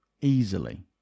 easily